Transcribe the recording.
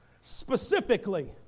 specifically